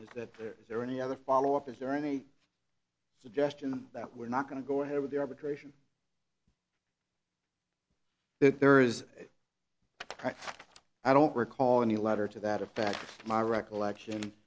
and if that there is there any other follow up is there any suggestion that we're not going to go ahead with the arbitration that there is i don't recall any letter to that effect my recollection